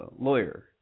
lawyer